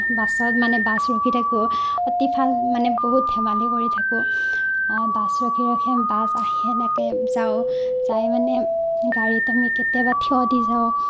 বাছত মানে বাছ ৰখি থাকোঁ অতি ভাল মানে বহুত ধেমালি কৰি থাকোঁ বাছ ৰখি ৰখি বাছ আহে এনেকৈ যাওঁ যাই মানে গাড়ীত আমি কেতিয়াবা থিয় দি যাওঁ